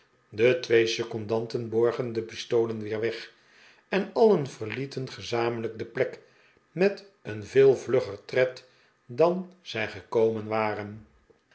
de twee secondanten borgen de pistolen weer weg en alien verlieten gezamenlijk de plek met een veel vlugger tred dan zij gekomen waren